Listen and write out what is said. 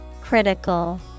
Critical